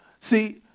See